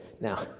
Now